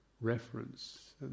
reference